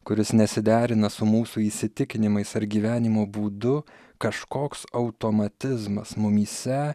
kuris nesiderina su mūsų įsitikinimais ar gyvenimo būdu kažkoks automatizmas mumyse